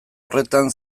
horretan